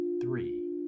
three